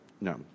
no